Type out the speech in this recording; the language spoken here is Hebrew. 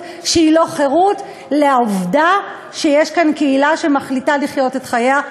שהיא לא חירות לעובדה שיש כאן קהילה שמחליטה לחיות את חייה,